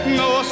no